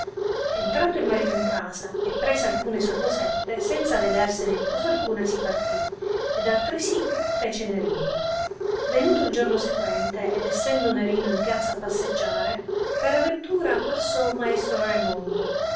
entrato il marito in casa e prese alcune sue cosette senza avedersene di cosa alcuna si partì ed altresì fece nerino venuto il giorno sequente ed essendo nerino in piazza a passeggiare per aventura passò maestro raimondo